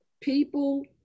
people